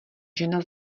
žena